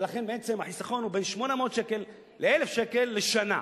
ולכן בעצם החיסכון הוא בין 800 שקל ל-1,000 שקל לשנה.